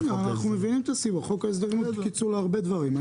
חוק ההסדרים הוא קיצור להרבה דברים.